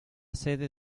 sede